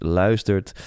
luistert